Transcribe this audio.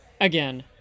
Again